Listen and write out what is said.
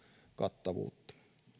kattavuutta